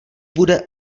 bude